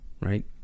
right